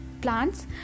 plants